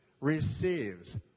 Receives